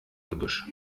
gebüsch